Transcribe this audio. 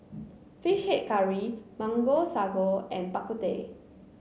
fish head curry Mango Sago and Bak Kut Teh